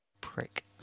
Prick